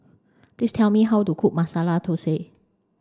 please tell me how to cook Masala Thosai